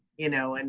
you know, and